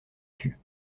tut